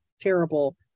terrible